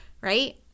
Right